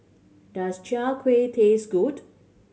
does Chai Kuih taste good